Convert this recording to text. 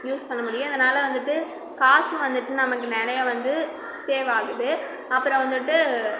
use பண்ண முடியும் இதனால் வந்துவிட்டு காசும் வந்துவிட்டு நமக்கு நிறைய வந்து சேவ் ஆகுது அப்புறம் வந்துவிட்டு